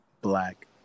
black